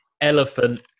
elephant